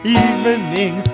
evening